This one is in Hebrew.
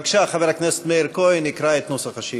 בבקשה, חבר הכנסת מאיר כהן יקרא את נוסח השאילתה.